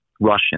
Russian